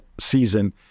season